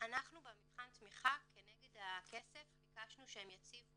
אנחנו במבחן התמיכה כנגד הכסף ביקשנו שהם יציבו